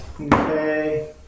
Okay